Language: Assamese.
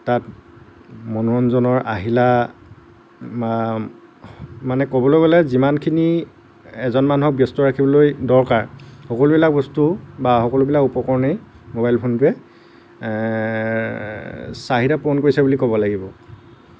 তাত মনোৰঞ্জনৰ আহিলা মা মানে ক'বলৈ গ'লে যিমানখিনি এজন মানুহক ব্যস্ত ৰাখিবলৈ দৰকাৰ সকলোবিলাক বস্তু বা সকলোবিলাক উপকৰণেই মোবাইল ফোনটোৱে চাহিদা পূৰণ কৰিছে বুলি ক'ব লাগিব